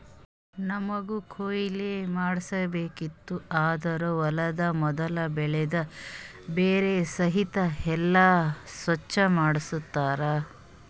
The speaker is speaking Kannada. ನಮ್ಮಗ್ ಕೊಯ್ಲಿ ಮಾಡ್ಸಬೇಕಿತ್ತು ಅಂದುರ್ ಹೊಲದು ಮೊದುಲ್ ಬೆಳಿದು ಬೇರ ಸಹಿತ್ ಎಲ್ಲಾ ಸ್ವಚ್ ಮಾಡ್ತರ್